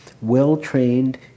Well-trained